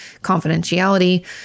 confidentiality